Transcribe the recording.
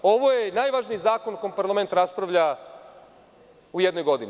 Ovo je najvažniji zakon o kojem parlament raspravlja u jednoj godini.